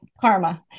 karma